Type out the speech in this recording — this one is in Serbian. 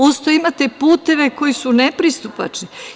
Uz to imate i puteve koji su nepristupačni.